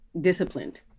disciplined